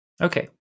Okay